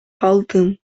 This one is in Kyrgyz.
калдым